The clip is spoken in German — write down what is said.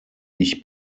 ich